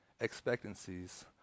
Expectancies